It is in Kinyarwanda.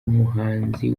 umuhanzi